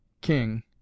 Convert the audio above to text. king